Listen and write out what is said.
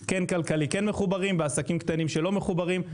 שזה כן כלכלי מחוברים ועסקים קטנים שלא מחוברים.